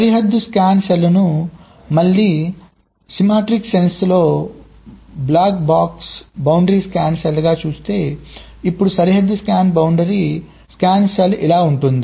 సరిహద్దు scan cell ను మళ్ళీ స్కీమాటిక్ కోణంలో block box boundary scan cell గా చూస్తేఇప్పుడు సరిహద్దు స్కాన్ బౌండరీ స్కాన్ సెల్ ఇలా ఉంటుంది